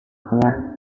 nya